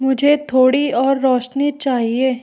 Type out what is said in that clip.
मुझे थोड़ी और रोशनी चाहिए